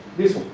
this one.